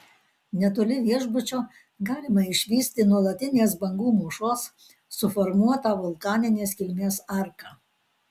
netoli viešbučio galima išvysti nuolatinės bangų mūšos suformuotą vulkaninės kilmės arką